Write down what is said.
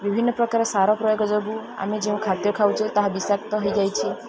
ବିଭିନ୍ନ ପ୍ରକାର ସାର ପ୍ରୟୋଗ ଯୋଗୁ ଆମେ ଯେଉଁ ଖାଦ୍ୟ ଖାଉଛେ ତାହା ବିଷାକ୍ତ ହେଇଯାଇଛି